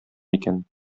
икән